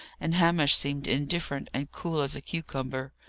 and hamish seemed indifferent and cool as a cucumber.